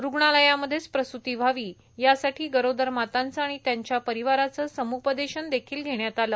रूग्णालयामधेच प्रसूती व्हावी यासाठी गरोदर मातांचं आणि त्यांच्या परिवाराचं सम्पदेशन देखील घेण्यात आलं